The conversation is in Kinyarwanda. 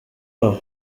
aho